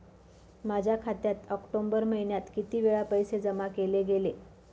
माझ्या खात्यात ऑक्टोबर महिन्यात किती वेळा पैसे जमा केले गेले?